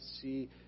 see